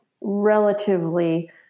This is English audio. relatively